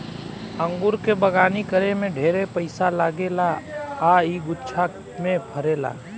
अंगूर के बगानी करे में ढेरे पइसा लागेला आ इ गुच्छा में फरेला